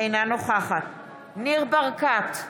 אינה נוכחת ניר ברקת,